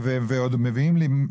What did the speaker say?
ועוד מביאים לי,